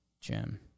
Jim